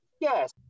Yes